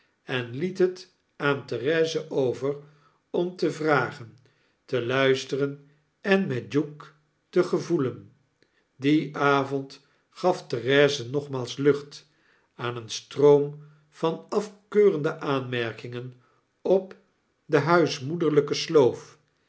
en liet het aan therese over om te vragen te luisteren en met duke te gevoelen dien avond gaf therese nogmaalsluchtaaneenstroom van afkeurende aanmerkingen op de huismoederlpe sloof